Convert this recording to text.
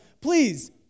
please